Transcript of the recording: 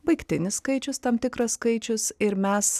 baigtinis skaičius tam tikras skaičius ir mes